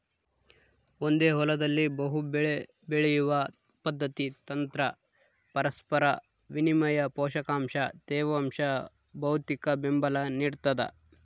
ಒಂದೇ ಹೊಲದಲ್ಲಿ ಬಹುಬೆಳೆ ಬೆಳೆಯುವ ಪದ್ಧತಿ ತಂತ್ರ ಪರಸ್ಪರ ವಿನಿಮಯ ಪೋಷಕಾಂಶ ತೇವಾಂಶ ಭೌತಿಕಬೆಂಬಲ ನಿಡ್ತದ